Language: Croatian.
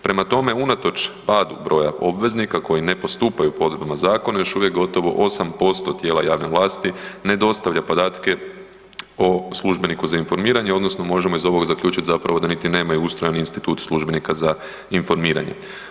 Prema tome, unatoč padu broja obveznika koji ne postupaju po odredbama zakona još uvijek gotovo 8% tijela javne vlasti ne dostavlja podatke o službeniku za informiranje odnosno možemo iz ovog zaključiti zapravo da niti nemaju ustrajan institut službenika za informiranje.